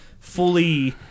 fully